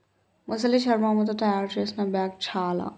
మొసలి శర్మముతో తాయారు చేసిన బ్యాగ్ చాల